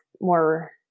more